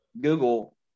Google